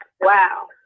Wow